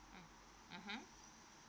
mm mmhmm